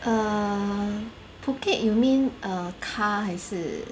err Phuket you mean err car 还是